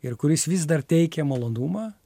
ir kuris vis dar teikia malonumą